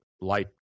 light